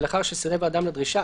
ולאחר שסירב האדם לדרישה,